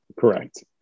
Correct